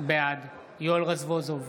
בעד יואל רזבוזוב,